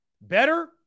Better